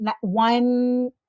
one